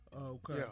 Okay